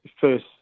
first